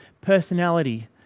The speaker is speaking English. personality